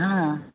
हा